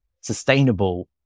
sustainable